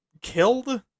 killed